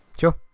sure